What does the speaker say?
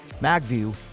Magview